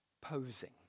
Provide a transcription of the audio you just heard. posing